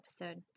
episode